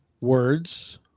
Words